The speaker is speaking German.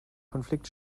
konflikt